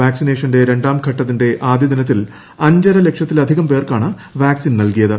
വാക്സിനേഷന്റെ രണ്ടാംഘട്ടത്തിന്റെ ആദ്യദിനത്തിൽ അഞ്ചര ലക്ഷത്തിലധികം പേർക്കാണ് വാക്സിൻ നൽകിയത്